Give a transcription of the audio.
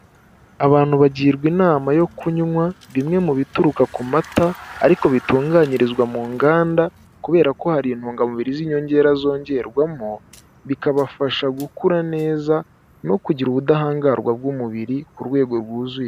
Abantu bagirwa inama yo kunywa bimwe mu bituruka ku mata ariko bitunganyirizwa mu nganda kubera ko hari intungamubiri z'inyongera zongerwamo bikabafasha gukura neza no kugira ubudahangarwa bw'umubiri ku rwego rwuzuye.